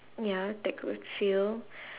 ya that could fill